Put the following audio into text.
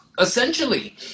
essentially